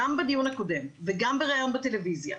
גם בדיון הקודם וגם בראיון בטלוויזיה,